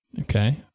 Okay